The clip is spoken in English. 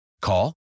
Call